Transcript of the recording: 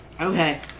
Okay